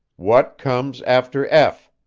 what comes after f?